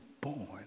born